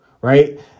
right